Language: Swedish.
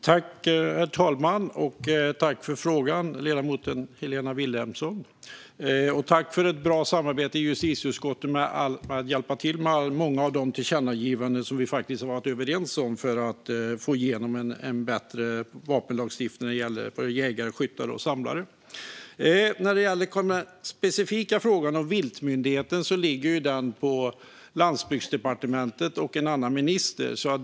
Herr talman! Tack, ledamoten Helena Vilhelmsson, för frågan! Och tack för ett bra samarbete i justitieutskottet med att hjälpa till med många av de tillkännagivanden som vi har varit överens om för att få igenom en bättre vapenlagstiftning när det gäller jägare, skyttar och samlare! När det gäller den specifika frågan om viltmyndigheten ligger den på Landsbygds och infrastrukturdepartementet och en annan minister.